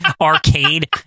arcade